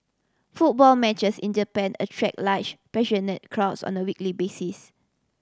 football matches in Japan attract large passionate crowds on a weekly basis